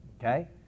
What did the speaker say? Okay